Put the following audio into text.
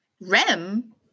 Rem